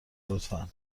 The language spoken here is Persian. لطفا